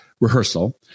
rehearsal